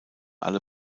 alle